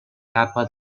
capa